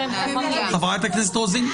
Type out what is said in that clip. --- חברת הכנסת רוזין,